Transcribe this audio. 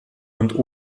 und